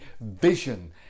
vision